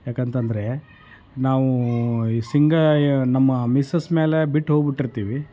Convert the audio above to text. ಯಾಕೆಂತಂದ್ರೆ ನಾವು ಈ ನಮ್ಮ ಮಿಸ್ಸಸ್ ಮೇಲೆ ಬಿಟ್ಟು ಹೋಗಿಬಿಟ್ಟಿರ್ತೀವಿ